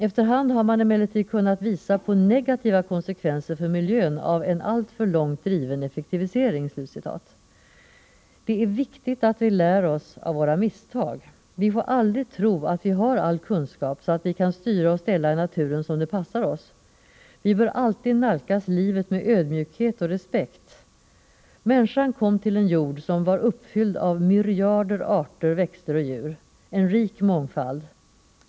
Efter hand har man emellertid kunnat visa på negativa konsekvenser för miljön av en alltför långt driven effektivisering.” Det är viktigt att vi lär oss av våra misstag. Vi får aldrig tro att vi har all kunskap, så att vi kan styra och ställa i naturen som det passar oss. Vi bör alltid nalkas livet med ödmjukhet och respekt. Människan kom till en jord som var uppfylld av myriader arter växter och djur. Där fanns en rik mångfald.